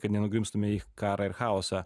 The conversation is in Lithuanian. kad nenugrimztume į karą ir chaosą